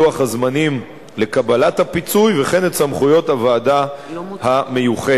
לוח הזמנים לקבלת הפיצוי וכן את סמכויות הוועדה המיוחדת.